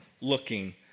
looking